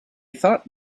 thought